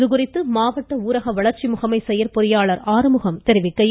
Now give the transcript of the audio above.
இதுகுறித்து உளரக வளர்ச்சி முகமை செயற்பொறியாளர் ஆறுமுகம் தெரிவிக்கையில்